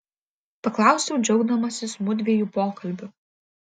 paklausiau džiaugdamasis mudviejų pokalbiu